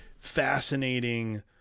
fascinating